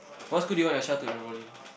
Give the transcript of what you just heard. what school do you want your child to enroll in